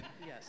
Yes